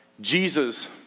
Jesus